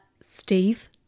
Steve